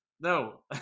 No